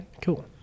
Cool